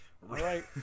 right